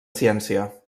ciència